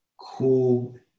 cool